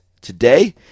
today